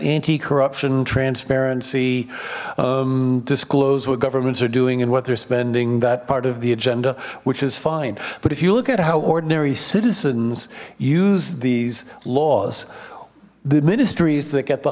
anti corruption transparency disclosed what governments are doing and what they're spending that part of the agenda which is fine but if you look at how ordinary citizens use these laws the ministries that get the